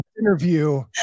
interview